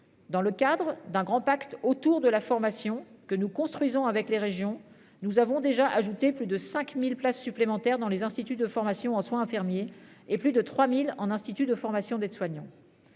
Dans le cadre d'un grand pacte autour de la formation que nous construisons avec les régions. Nous avons déjà ajouter plus de 5000 places supplémentaires dans les instituts de formation en soins infirmiers et plus de 3000 en institut de formation d'aide-soignant.